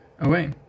away